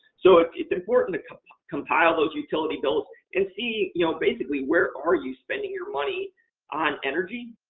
so, it's it's important to compile compile those utility bills and see, you know basically, where are you spending your money on energy.